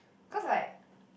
cause like